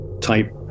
type